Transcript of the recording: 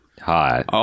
Hi